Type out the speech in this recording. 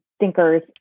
thinkers